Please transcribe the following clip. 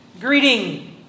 Greeting